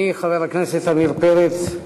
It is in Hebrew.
אני, חבר הכנסת עמיר פרץ,